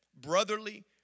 brotherly